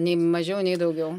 nei mažiau nei daugiau